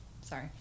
Sorry